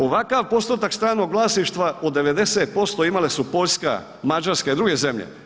Ovakav postotak stranog vlasništva od 90% imale su Poljska, Mađarska i druge zemlje.